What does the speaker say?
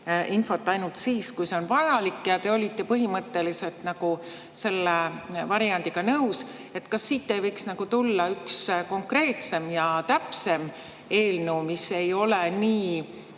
infot ainult siis, kui see on vajalik, ja te olite põhimõtteliselt nagu selle variandiga nõus. Kas siit ei võiks tulla üks konkreetsem ja täpsem eelnõu, mis ei ole nii